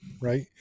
right